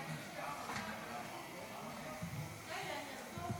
אדוני היושב-ראש, חבריי חברי הכנסת.